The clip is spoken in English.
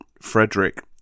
Frederick